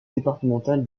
départemental